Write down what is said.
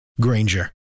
Granger